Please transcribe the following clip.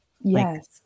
Yes